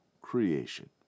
creation